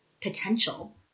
potential